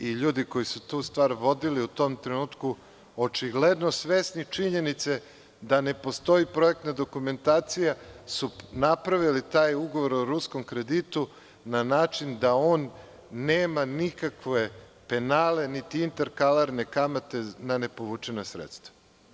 i ljudi koji su tu stvar vodili u tom trenutku, očigledno svesni činjenice da ne postoji projektna dokumentacija, su napravili taj ugovor o ruskom kreditu na način da on nema nikakve penale, niti interkalarne kamate na nepovučena sredstva.